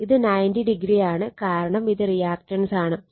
ഇത് 90 ഡിഗ്രി ആണ് കാരണം ഇത് റിയാക്റ്റൻസ് ആണ്